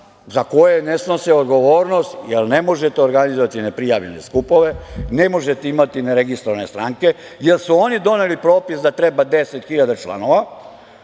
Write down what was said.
za koje ne snose odgovornost, jer ne možete organizovati ne prijavljene skupove, ne možete imati ne registrovane stranke. Oni su doneli propis da treba 10.000 članova